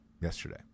yesterday